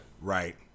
Right